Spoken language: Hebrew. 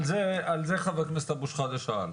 על זה חבר הכנסת אבו שחאדה שאל,